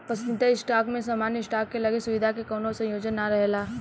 पसंदीदा स्टॉक में सामान्य स्टॉक के लगे सुविधा के कवनो संयोजन ना रहेला